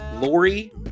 Lori